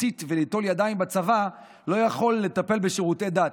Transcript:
ציצית וליטול ידיים בצבא לא יכול לטפל בשירותי דת.